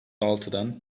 altıdan